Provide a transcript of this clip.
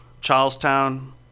Charlestown